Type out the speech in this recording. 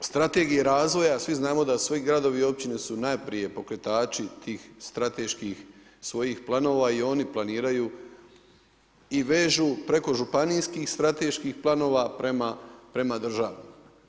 Isto tako strategiji razvoja, a svi znamo da gradovi i općine su najprije pokretači tih strateških svojih planova i oni planiraju i vežu preko županijskih strateških planova prema državnim.